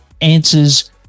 answers